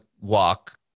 walk